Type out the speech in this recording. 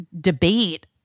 debate